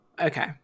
okay